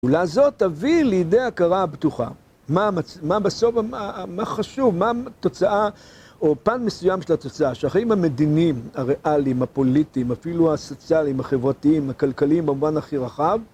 הפעולה הזאת תביא לידי הכרה הבטוחה מה בסוף, מה חשוב, מה תוצאה או פן מסוים של התוצאה שהחיים המדיניים, הריאליים, הפוליטיים אפילו הסוציאליים, החברתיים, הכלכליים במובן הכי רחב